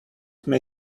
may